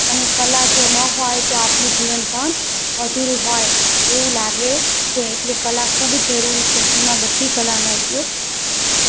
અને કલા જો ન હોય તો આપણું જીવન પણ અધૂરું હોય એવું લાગે છે એટલે કલા ખૂબ જરૂરી છે જેમાં બધી કલાનો ઉપયોગ થઇ શકે